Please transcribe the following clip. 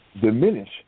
diminish